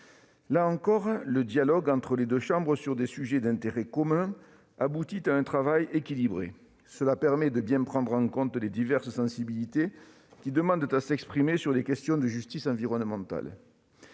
Là encore, le dialogue entre les deux chambres sur des sujets d'intérêt commun aboutit à un travail équilibré. Cela permet de bien prendre en compte les diverses sensibilités qui demandent à s'exprimer sur les questions de justice environnementale.